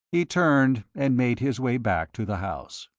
he turned and made his way back to the house.